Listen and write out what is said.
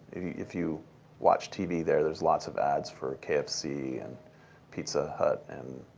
if you if you watch tv there, there's lots of ads for kfc and pizza hut and